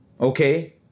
Okay